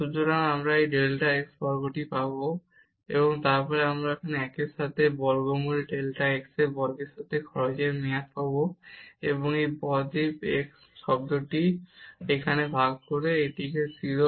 সুতরাং আমরা এই ডেল্টা x বর্গটি পাব এবং তারপরে আমরা এখানে 1 টির সাথে বর্গমূল ডেল্টা x বর্গের সাথে খরচের মেয়াদ পাব এবং এই ডেল্টা x টার্মটি এখানে ভাগ করে এবং এটি 0